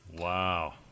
Wow